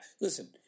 listen